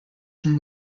from